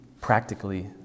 practically